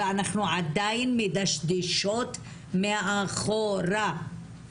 אנחנו עדיין מדשדשות מאחורה.